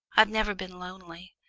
i've never been lonely.